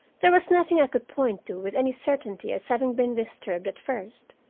there was nothing i could point to with any certainty as having been disturbed at first.